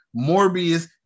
Morbius